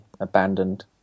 abandoned